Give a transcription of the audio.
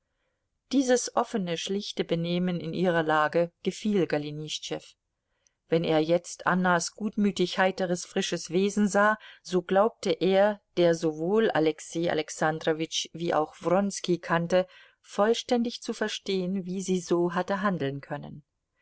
dieses offene schlichte benehmen in ihrer lage gefiel golenischtschew wenn er jetzt annas gutmütig heiteres frisches wesen sah so glaubte er der sowohl alexei alexandrowitsch wie auch wronski kannte vollständig zu verstehen wie sie so hatte handeln können